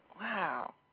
Wow